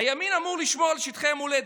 הימין אמור לשמור על שטחי המולדת,